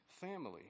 family